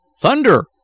Thunder